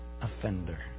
offender